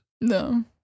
No